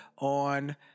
on